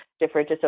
different